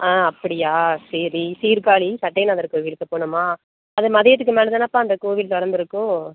ஆ அப்படியா சரி சீர்காழி சட்டைநாதர் கோவிலுக்கு போகணுமா அது மதியத்துக்கு மேலே தானேப்பா அந்த கோவில் திறந்துருக்கும்